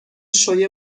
شوی